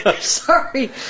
Sorry